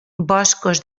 boscos